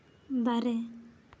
ᱫᱟᱨᱮ